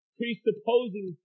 Presupposing